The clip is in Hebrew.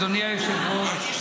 אדוני היושב-ראש,